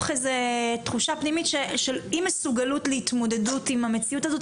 מתוך איזו תחושה פנימית של אי מסוגלות להתמודדות עם המציאות הזאת,